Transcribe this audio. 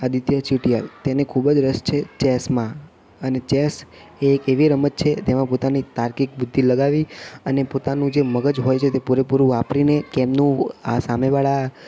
આદિત્ય ચિટીયાલ તેને ખૂબ જ રસ છે ચેસમાં અને ચેસ તે એક એવી રમત છે તેમાં પોતાની તાર્કિક બુદ્ધિ લગાવી અને પોતાનું જે મગજ હોય છે તે પૂરેપૂરું વાપરીને કેમનું આ સામેવાળા